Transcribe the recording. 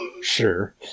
sure